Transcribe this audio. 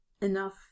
enough